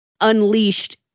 unleashed